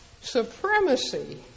Supremacy